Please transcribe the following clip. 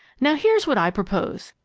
now, here's what i propose.